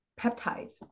peptides